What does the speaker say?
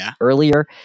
earlier